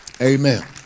Amen